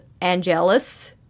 Angelus